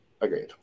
Agreed